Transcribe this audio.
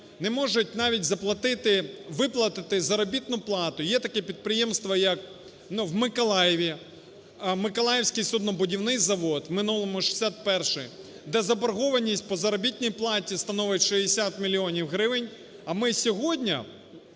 не можуть навіть заплатити, виплатити заробітну плату. Є таке підприємство як, ну, в Миколаєві "Миколаївський суднобудівний завод", в минулому – 61-й, де заборгованість по заробітній платі становить 60 мільйонів гривень, а ми сьогодні